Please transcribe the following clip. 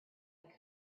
could